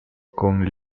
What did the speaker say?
con